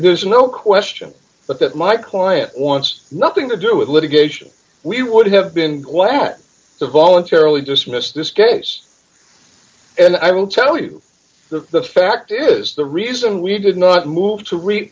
there's no question but that my client wants nothing to do with litigation we would have been glad to voluntarily dismiss this case and i will tell you that the fact is the reason we did not move to re